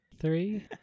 Three